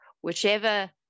whichever